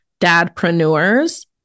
dadpreneurs